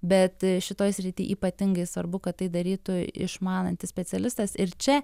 bet šitoj srity ypatingai svarbu kad tai darytų išmanantis specialistas ir čia